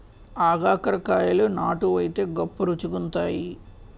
ఆగాకరకాయలు నాటు వైతే గొప్ప రుచిగుంతాయి